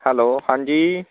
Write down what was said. hello ਹਾਂਜੀ